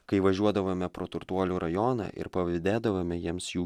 kai važiuodavome pro turtuolių rajoną ir pavydėdavome jiems jų